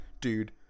dude